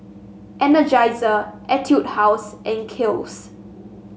Energizer Etude House and Kiehl's